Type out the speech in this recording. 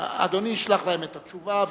אדוני ישלח להם את התשובה,